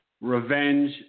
revenge